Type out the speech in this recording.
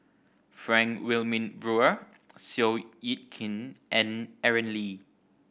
Frank Wilmin Brewer Seow Yit Kin and Aaron Lee